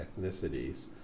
ethnicities